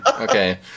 okay